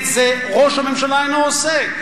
את זה ראש הממשלה אינו עושה,